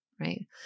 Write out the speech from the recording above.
right